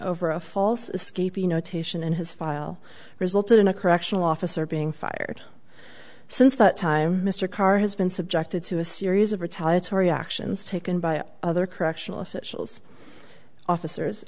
over a false escapee notation in his file resulted in a correctional officer being fired since that time mr karr has been subjected to a series of retaliatory actions taken by other correctional officials officers